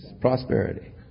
Prosperity